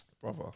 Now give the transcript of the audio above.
brother